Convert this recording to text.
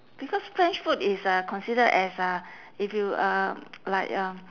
because french food is uh considered as uh if you uh like um